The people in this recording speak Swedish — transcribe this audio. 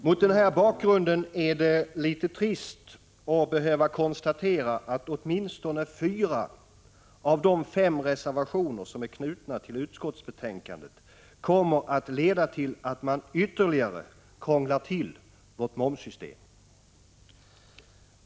Mot denna bakgrund är det litet trist att behöva konstatera att åtminstone fyra av de fem reservationer som är knutna till utskottsbetänkandet skulle leda till att man ytterligare krånglar till vårt momssystem.